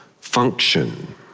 function